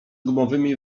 gumowymi